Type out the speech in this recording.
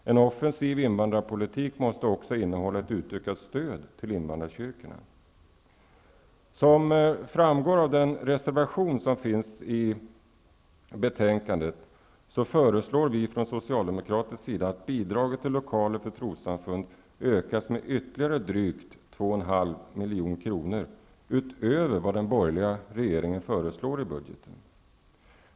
En offensiv invandrarpolitik måste också innehålla ett utökat stöd till invandrarkyrkorna. Som framgår av den reservation som finns i betänkandet föreslår vi från socialdemokratisk sida att bidraget till lokaler för trossamfund ökas med ytterligare drygt 2,5 milj.kr. utöver vad den borgerliga regeringen föreslår i budgeten.